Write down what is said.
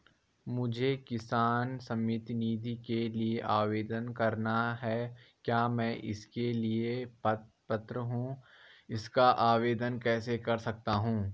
मुझे किसान सम्मान निधि के लिए आवेदन करना है क्या मैं इसके लिए पात्र हूँ इसका आवेदन कैसे कर सकता हूँ?